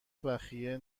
بخیه